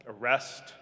arrest